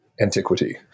antiquity